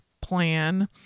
plan